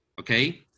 okay